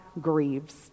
grieves